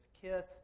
kiss